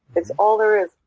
that's all there is,